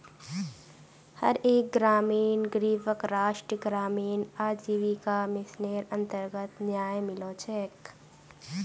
हर एक ग्रामीण गरीबक राष्ट्रीय ग्रामीण आजीविका मिशनेर अन्तर्गत न्याय मिलो छेक